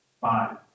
Five